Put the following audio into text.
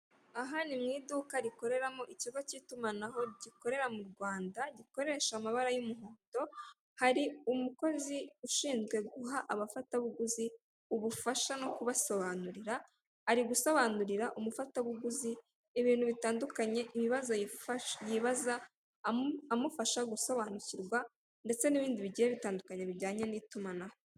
Aha ni mu iduka rikoreramo ikigo cy'itumanaho gikorera mu Rwanda, gikoresha amabara y'umuhondo, hari umukozi ushinzwe guha abafatabuguzi ubufasha no kubasobanurira, ari gusobanurira umufatabugauzi, ibintu bitandukanye, ibibazo yibaza, amufasha gusobanukirwa ndetse n'ibindi bigiye bitandukanye bijyanye n'itumanaho.